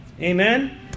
Amen